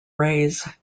rays